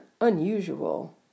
unusual